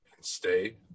Stay